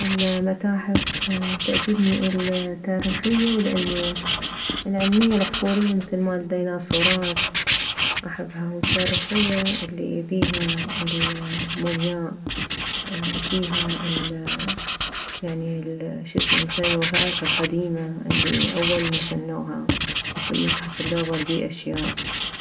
المتاحف تعجبني التاريخية والعلمية العلمية الاحفورية مثل مالديناصورات احبها التاريخية الي بيها المومياء بيها ال يعني الشسمه بيها الوثايق القديمة الي اول ما سنوها مثل متحف اللوفر بيه اشياء